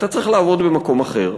אתה צריך לעבוד במקום אחר,